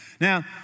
Now